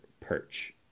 perch